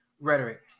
rhetoric